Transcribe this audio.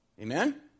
Amen